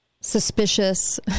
suspicious